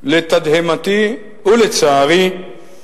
לתדהמתי ולצערי,